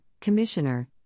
commissioner